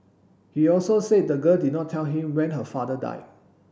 he also said the girl did not tell him when her father died